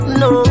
no